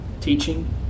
teaching